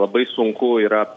labai sunku yra